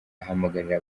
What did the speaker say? ahamagarira